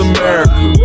America